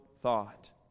thought